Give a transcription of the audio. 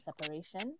separation